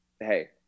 hey